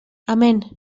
amén